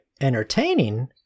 entertaining